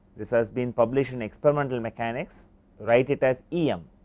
this has been publish in experimental mechanics write it as e m,